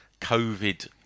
covid